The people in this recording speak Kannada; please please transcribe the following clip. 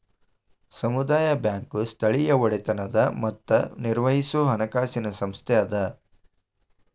ಸಮುದಾಯ ಬ್ಯಾಂಕ್ ಸ್ಥಳೇಯ ಒಡೆತನದ್ ಮತ್ತ ನಿರ್ವಹಿಸೊ ಹಣಕಾಸಿನ್ ಸಂಸ್ಥೆ ಅದ